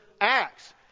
Acts